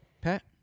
Pat